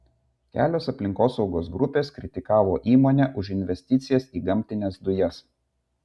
kelios aplinkosaugos grupės kritikavo įmonę už investicijas į gamtines dujas